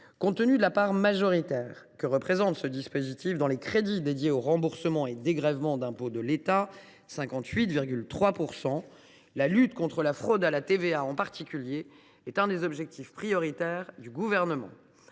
Compte tenu de la part majoritaire que représente ce dispositif dans les crédits dédiés aux remboursements et aux dégrèvements d’impôts de l’État – 58,3 %–, la lutte contre la fraude à la TVA en particulier constitue l’un des objectifs prioritaires du Gouvernement.